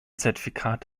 zertifikat